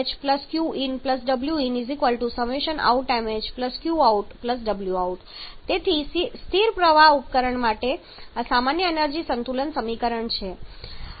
inṁh Q̇in Ẇ̇in outṁh Q̇out Ẇ̇out તેથી સ્થિર પ્રવાહ ઉપકરણ માટે આ સામાન્ય એનર્જી સંતુલન સમીકરણ છે